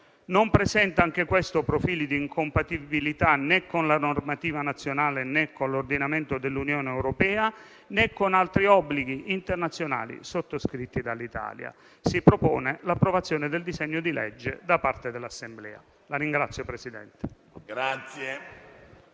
non presenta profili di incompatibilità né con la normativa nazionale né con l'ordinamento dell'Unione europea né con altri obblighi internazionali sottoscritti dall'Italia. Si propone l'approvazione del disegno di legge da parte dell'Assemblea.